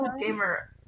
gamer